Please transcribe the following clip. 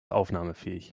aufnahmefähig